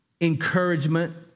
encouragement